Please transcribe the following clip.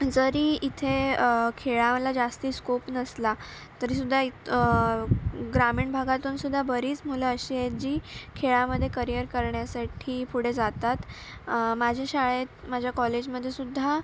जरी इथे खेळाला जास्त स्कोप नसला तरी सुद्धा इ ग्रामीण भागातून सुद्धा बरीच मुलं अशी आहेत जी खेळामध्ये करिअर करण्यासाठी पुढे जातात माझ्या शाळेत माझ्या कॉलेजमध्ये सुद्धा